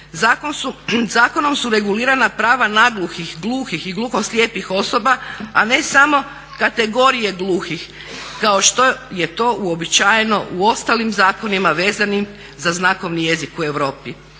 Zakonom su regulirana prava nagluhih, gluhih i gluhoslijepih osoba, a ne samo kategorije gluhih kao što je to uobičajeno u ostalim zakonima vezanim za znakovni jezik u Europi